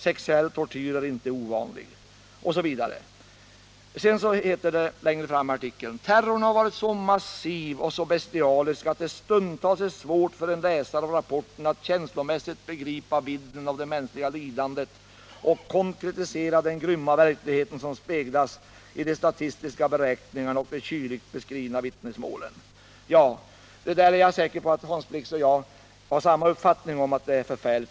Sexuell tortyr är inte ovanlig.” Längre fram i artikeln heter det: ”Terrorn har varit så massiv och så bestialisk att det stundtals är svårt för en läsare av rapporten att känslomässigt begripa vidden av det mänskliga lidandet, och konkretisera den grymma verklighet som speglas i de statistiska beräkningarna och de kyligt beskrivna vittnesmålen.” Jag är säker på att Hans Blix och jag har samma uppfattning, nämligen att detta är förfärligt.